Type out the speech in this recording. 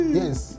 yes